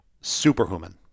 Superhuman